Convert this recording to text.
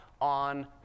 on